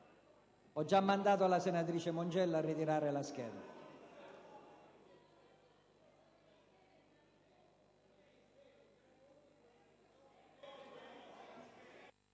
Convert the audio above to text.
Ho già mandato la senatrice Mongiello a ritirare la scheda.